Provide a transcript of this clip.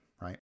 right